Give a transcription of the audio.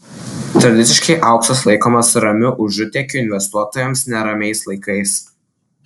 tradiciškai auksas laikomas ramiu užutėkiu investuotojams neramiais laikais